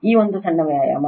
ಈ ಒಂದು ಸಣ್ಣ ವ್ಯಾಯಾಮ